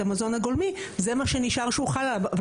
המזון הגולמי זה מה שנשאר שהוא חל עליו.